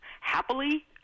happily